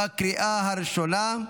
בקריאה הראשונה.